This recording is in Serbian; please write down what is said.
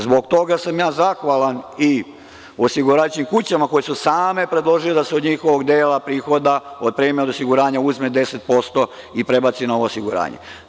Zbog toga sam zahvalan i osiguravajućim kućama koje su same predložile da se njihovog dela prihoda preliminarnog osiguranja uzme 10% i prebaci na ovo osiguranje.